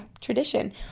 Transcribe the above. tradition